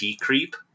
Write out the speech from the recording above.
creep